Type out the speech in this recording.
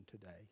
today